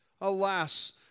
Alas